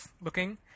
looking